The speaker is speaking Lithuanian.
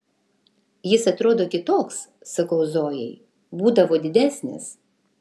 jis atrodo kitoks sakau zojai būdavo didesnis